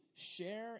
Share